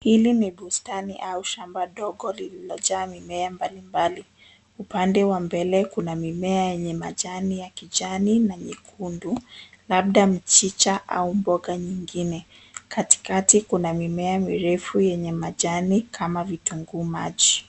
Hili ni bustani au shamba dogo liliojaa mimea mbalimbali. Upande wa mbele kuna mimea yenye majani ya kijani na nyekundu labda mchicha au mboga nyingine. Katikati kuna mimea mirefu yenye majani kama vitunguu maji.